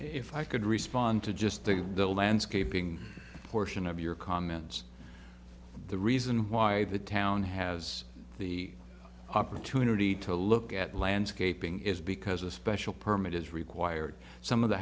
if i could respond to just to the landscaping portion of your comments the reason why the town has the opportunity to look at landscaping is because a special permit is required some of the